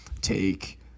take